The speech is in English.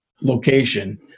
location